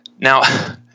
Now